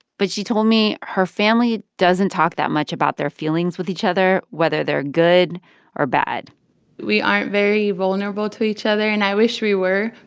but she told me her family doesn't talk that much about their feelings with each other, whether they're good or bad we aren't very vulnerable to each other, and i wish we were.